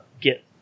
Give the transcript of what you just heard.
get –